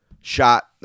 shot